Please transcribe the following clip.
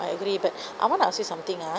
I agree but I want to ask you something ah